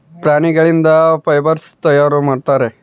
ಪ್ರಾಣಿಗಳಿಂದ ಫೈಬರ್ಸ್ ತಯಾರು ಮಾಡುತ್ತಾರೆ